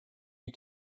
new